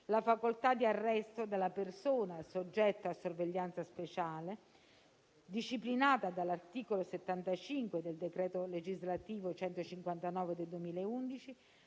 la facoltà di arresto della persona soggetta a sorveglianza speciale, disciplinata dall'articolo 75 del decreto legislativo n. 159 del 2011,